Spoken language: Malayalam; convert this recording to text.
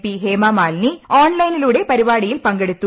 പി ഹേമമാലിനി ഓൺലൈനിലൂടെ പരിപാടിയിൽ പങ്കെടുത്തു